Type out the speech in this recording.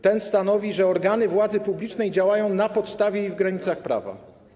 Ten stanowi, że organy władzy publicznej działają na podstawie i w granicach prawa.